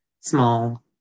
small